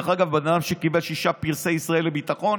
דרך אגב, אדם שקיבל שישה פרסי ישראל לביטחון